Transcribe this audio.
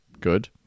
Good